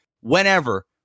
whenever